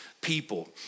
people